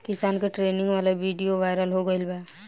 किसान के ट्रेनिंग वाला विडीओ वायरल हो गईल बा